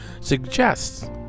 suggests